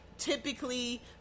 typically